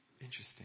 Interesting